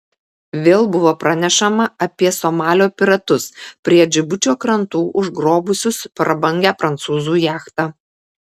vėl buvo pranešama apie somalio piratus prie džibučio krantų užgrobusius prabangią prancūzų jachtą